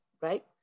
right